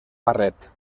barret